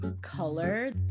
color